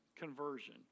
conversion